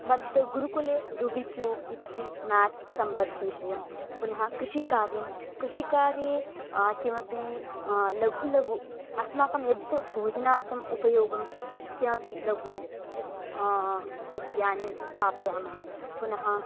मद् गुरुकुले रुबिक्युब् इति म्यात्स् सम्बद्धविषयं पुनः कृषिकार्यं कृषिकार्ये किमपि लघु लघु अस्माकं यद् भोजनार्थम् उपयोगं किमपि लघूनि सस्यानि स्थापयामः पुनः